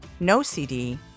NoCD